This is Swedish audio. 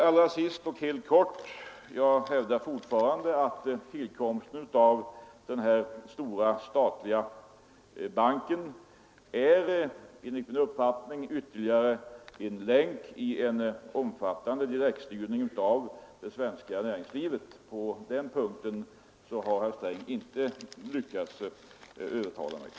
Allra sist och helt kort: Jag hävdar fortfarande att tillkomsten av den här stora statliga banken är ytterligare en länk i en omfattande direktstyrning av det svenska näringslivet. På den punkten har herr Sträng inte lyckats övertyga mig.